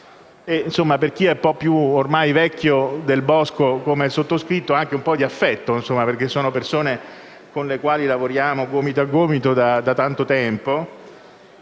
e, per chi è più vecchio del bosco, come il sottoscritto, anche un po' di affetto, perché sono persone con le quali lavoriamo gomito a gomito da tanto tempo.